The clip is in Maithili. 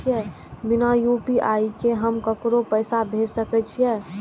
बिना यू.पी.आई के हम ककरो पैसा भेज सके छिए?